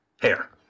hair